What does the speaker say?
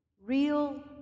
Real